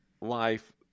life